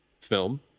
film